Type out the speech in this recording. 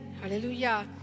Hallelujah